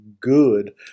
good